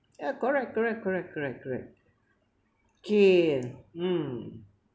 yeah correct correct correct correct correct okay mm